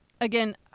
again